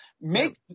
make